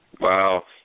Wow